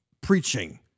preaching